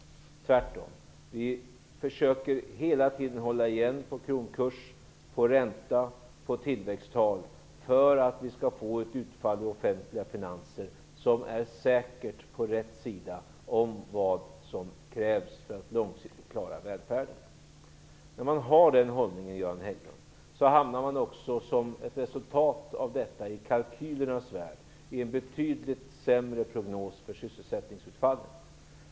Tvärtom försöker vi hela tiden att hålla igen på kronkurs, ränta och tillväxttal för att få ett utfall i de offentliga finanserna som säkert är på rätt sida om vad som krävs för att långsiktigt klara välfärden. När man har den hållningen, Göran Hägglund, hamnar man som ett resultat av detta i kalkylernas värld i en betydligt sämre prognos för sysselsättningsutfallet.